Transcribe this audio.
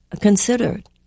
considered